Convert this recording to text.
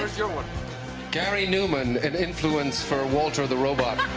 you're one gary numan an influence for ah walter of the robot